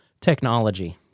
technology